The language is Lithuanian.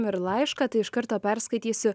ir laišką tai iš karto perskaitysiu